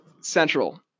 Central